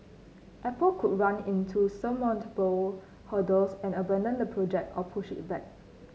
Apple could run into insurmountable hurdles and abandon the project or push it back